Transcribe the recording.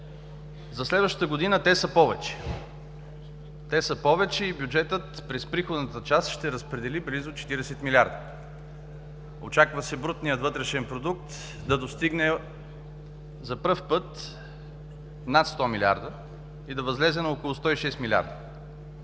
За следващата година те са повече! Те са повече и бюджетът през приходната част ще разпредели близо 40 милиарда. Очаква се брутният вътрешен продукт да достигне за първи път над 100 милиарда и да възлезе на около 106 милиарда.